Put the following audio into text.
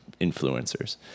influencers